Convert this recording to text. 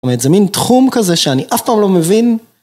זה מין תחום כזה שאני אף פעם לא מבין.